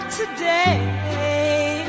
today